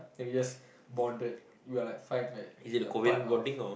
maybe just bonded we are like find that we are part of